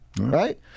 Right